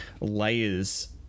layers